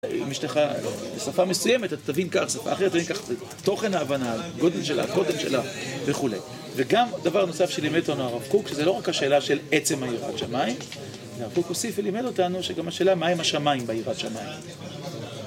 בשפה מסוימת אתה תבין כך, בשפה אחרת אתה תבין כך, תוכן ההבנה, גודל שלה, קוטן שלה וכו' וגם דבר נוסף שלימד אותנו הרב קוק, שזה לא רק השאלה של עצם היראת שמיים הרב קוק הוסיף ולימד אותנו שגם השאלה מהם השמיים ביראת שמיים